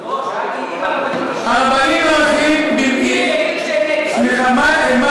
שאלתי מה אם הרבנים יגידו שהם נגד.